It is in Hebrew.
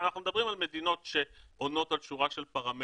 אנחנו מדברים על מדינות שעונות על שורה של פרמטרים,